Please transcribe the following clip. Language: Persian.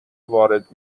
وارد